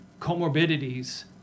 comorbidities